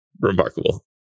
remarkable